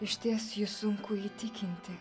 išties jus sunku įtikinti